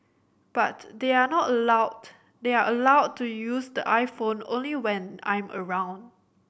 but they are not allowed they are allowed to use the iPhone only when I'm around